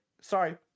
sorry